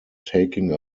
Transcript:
taking